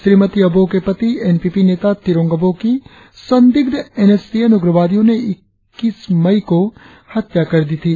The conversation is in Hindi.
श्रीमती अबोह के पति एन पी पी नेता तिरोंग आबोह की संदिग्ध एनएससीएन उग्रवादियों ने इक्कीस मई को हत्या कर दी थी